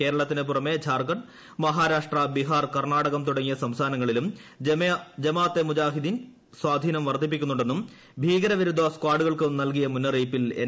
കേരളത്തിന് പുറമെ ത്സാർഖണ്ഡ് മഹാരാഷ്ട്ര ബിഹാർ കർണ്ണാടകം തുടങ്ങിയ സംസ്ഥാനങ്ങളിലും ജമാ അത്തുൽ മുജാഹിദ്ദിൻ സ്വാധീനം വർദ്ധിപ്പിക്കുന്നുണ്ടെന്നും ഭീകരവിരുദ്ധ സ്കാഡുകൾക്ക് നൽകിയ മുന്നറിയിപ്പിൽ എൻ